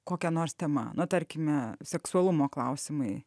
kokia nors tema nuo tarkime seksualumo klausimai